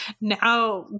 Now